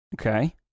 Okay